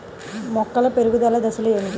మొక్కల పెరుగుదల దశలు ఏమిటి?